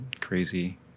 crazy